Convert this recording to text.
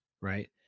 right